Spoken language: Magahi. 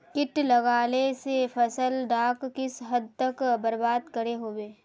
किट लगाले से फसल डाक किस हद तक बर्बाद करो होबे?